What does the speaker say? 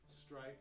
strike